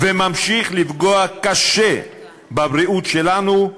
וממשיך לפגוע קשה בבריאות שלנו,